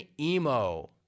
Emo